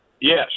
yes